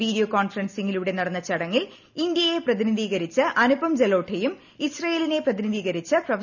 video കോൺഫറൻസിങ്ങിലൂടെ നടന്ന ചടങ്ങിൽ ഇന്ത്യയെ പ്രതിനിധീകരിച്ച് അനുപം ജലോഠയും ഇസ്രയേലിനെ പ്രതിനിധീകരിച്ച് പ്രൊഫ